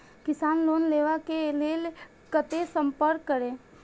किसान लोन लेवा के लेल कते संपर्क करें?